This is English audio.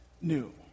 new